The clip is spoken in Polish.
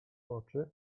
oczy